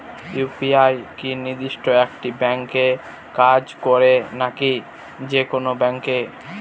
UPI কি নির্দিষ্ট একটি ব্যাংকে কাজ করে নাকি যে কোনো ব্যাংকে?